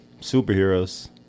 superheroes